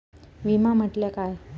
विमा म्हटल्या काय?